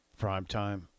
primetime